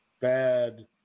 bad